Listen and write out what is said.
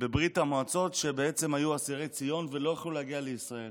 בברית המועצות שהיו אסירי ציון ולא יכלו להגיע לישראל.